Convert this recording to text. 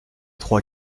trois